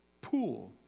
pool